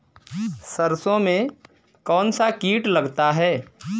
सरसों में कौनसा कीट लगता है?